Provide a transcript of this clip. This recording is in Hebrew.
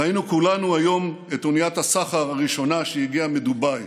ראינו כולנו היום את אוניית הסחר הראשונה שהגיעה מדובאי.